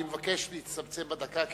אני מבקש להצטמצם בדקה.